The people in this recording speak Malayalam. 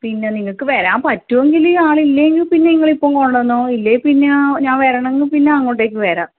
പിന്നെ നിങ്ങൾക്ക് വരാൻ പറ്റുമെങ്കില് ആളില്ലെങ്കില് പിന്നെ നിങ്ങളിപ്പോൾ കൊണ്ട് വന്നോ ഇല്ലെങ്കിൽ പിന്നെ ഞാൻ വരണങ്കില് പിന്നെ അങ്ങോട്ടേക്ക് വരാം